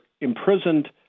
imprisoned